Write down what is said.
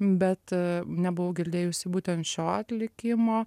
bet nebuvau girdėjusi būtent šio atlikimo